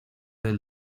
del